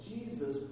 Jesus